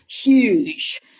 huge